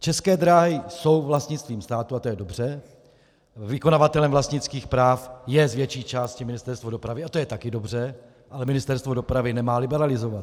České dráhy jsou vlastnictvím státu a to je dobře, vykonavatelem vlastnických práv je z větší části Ministerstvo dopravy a to je také dobře, ale Ministerstvo dopravy nemá liberalizovat.